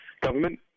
government